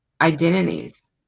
identities